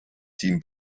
team